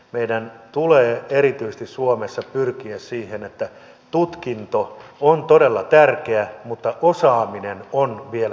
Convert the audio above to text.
meidän tulee suomessa erityisesti pyrkiä siihen että tutkinto on todella tärkeä mutta osaaminen on vielä tärkeämpää